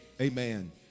amen